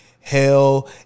hell